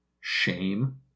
Shame